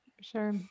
Sure